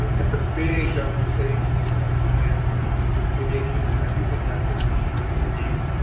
it's a big darn savings today for aviation. and i do think that's going to, from everything you read,